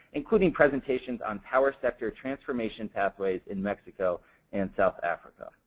including presentations on power sector transformation pathways in mexico and south africa.